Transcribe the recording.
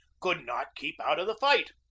could not keep out of the fight.